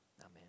Amen